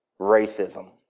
racism